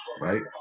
Right